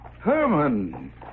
Herman